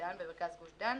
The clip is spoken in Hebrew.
במרכז גוש דן.